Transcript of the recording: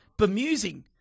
bemusing